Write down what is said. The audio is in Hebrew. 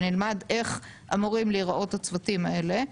ונלמד איך אמורים להיראות הצוותים האלה,